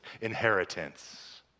inheritance